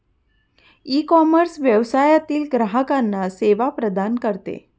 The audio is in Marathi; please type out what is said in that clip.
ईकॉमर्स व्यवसायातील ग्राहकांना सेवा प्रदान करते